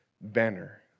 banner